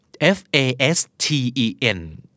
F-A-S-T-E-N